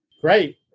Great